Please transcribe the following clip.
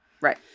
Right